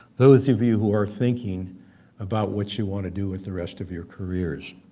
those of you who are thinking about what you want to do with the rest of your careers.